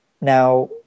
Now